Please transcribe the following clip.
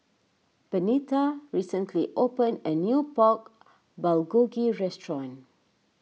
Benita recently opened a new Pork Bulgogi restaurant